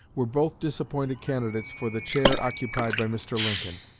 were both disappointed candidates for the chair occupied by mr. lincoln.